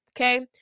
Okay